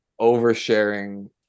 oversharing